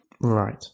Right